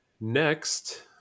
next